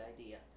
idea